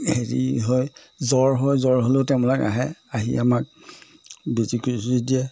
হেৰি হয় জ্বৰ হয় জ্বৰ হ'লেও তেওঁলোক আহে আহি আমাক বেজী কুজী দিয়ে